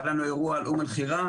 היה לנו אירוע על אום אל-חיראן,